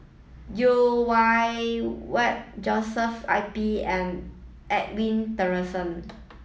Yeo Wei Wei Joshua I P and Edwin Tessensohn